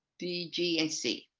d, g and c.